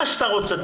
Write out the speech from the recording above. מה שאתה רוצה.